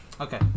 Okay